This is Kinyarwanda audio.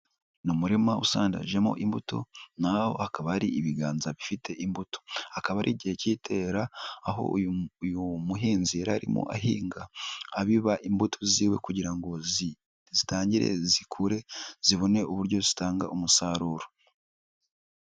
Ni umurima usandajemo imbuto na ho hakaba hari ibiganza bifite imbuto. Hakaba ari igihe cy'itera aho uyu muhinzi yari arimo ahinga, abiba imbuto ziwe kugira ngo zitangire zikure, zibone uburyo zitanga umusaruro.